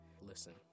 listen